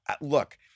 look